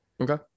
Okay